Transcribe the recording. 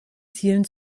zielen